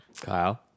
Kyle